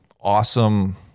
awesome